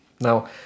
Now